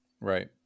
Right